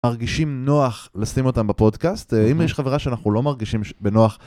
מרגישים נוח לשים אותם בפודקאסט אה.. אם יש חברה שאנחנו לא מרגישים ש.. בנוח.